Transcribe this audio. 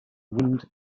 wind